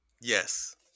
yes